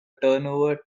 turnover